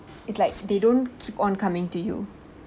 it's like they don't keep on coming to you